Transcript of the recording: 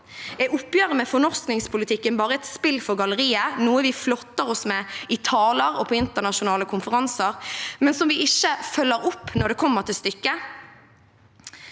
Er oppgjøret med fornorskningspolitikken bare et spill for galleriet, noe vi flotter oss med i taler og på internasjonale konferanser, men som vi ikke følger opp når det kommer til stykket?